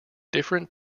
different